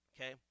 Okay